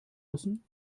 müssen